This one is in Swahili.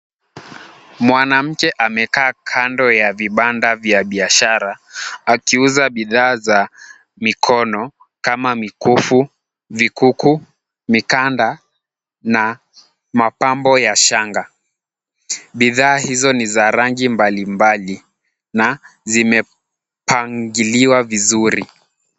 Mwanamke amekaa kando ya vibanda vya biashara, akiuza bidhaa za mikono, kama mikufu, vikuku, mikanda na mapambo ya shanga. Bidhaa hizo ni za rangi mbalimbali, na zimepangiliwa vizuri.